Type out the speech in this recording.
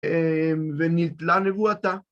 ונתלה נבואתה.